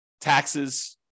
taxes